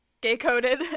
gay-coded